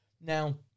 Now